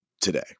today